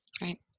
right